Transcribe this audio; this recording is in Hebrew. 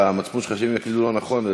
על המצפון שלך שאם הם יקלידו לא נכון,